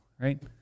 right